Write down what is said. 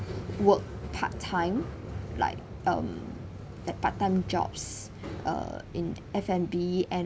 work part-time like um that part-time jobs uh in F and B and